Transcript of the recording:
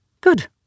Good